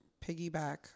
piggyback